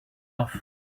off